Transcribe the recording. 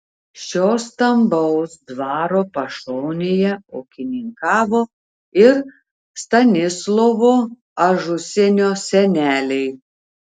šio stambaus dvaro pašonėje ūkininkavo ir stanislovo ažusienio seneliai